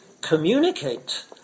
communicate